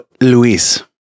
luis